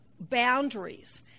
boundaries